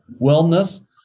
wellness